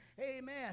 Amen